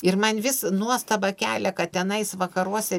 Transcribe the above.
ir man vis nuostabą kelia kad tenais vakaruose